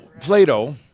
Plato